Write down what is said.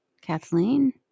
kathleen